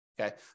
Okay